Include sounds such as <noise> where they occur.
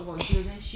<noise>